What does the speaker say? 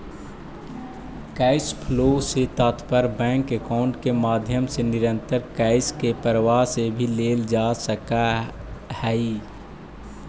cash flow से तात्पर्य bank account के माध्यम से निरंतर कैश के प्रवाह से भी लेल जा सकऽ हई